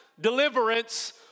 deliverance